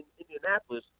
Indianapolis